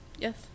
Yes